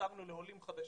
עזרנו לעולים חדשים.